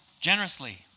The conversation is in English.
generously